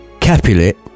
Capulet